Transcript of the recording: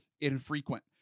infrequent